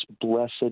blessed